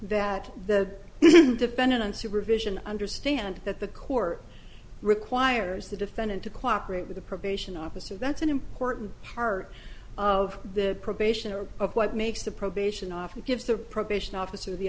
that the defendant and supervision understand that the court requires the defendant to cooperate with the probation officer that's an important part of the probation or of what makes the probation office gives the probation officer the